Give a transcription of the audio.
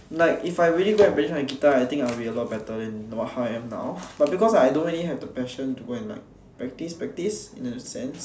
like if I really go and practise my guitar I think I'll be a lot better than you know how I am now but because I don't really have the passion to go and like practise practise in the sense